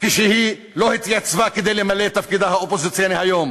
כשהיא לא התייצבה כדי למלא את תפקידה האופוזיציוני היום,